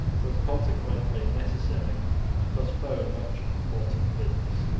it was consequently necessary to postpone much important business.